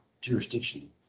jurisdiction